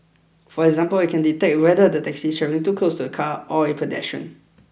for example it can detect whether the taxi is travelling too close to a car or a pedestrian